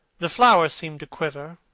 the flower seemed to quiver,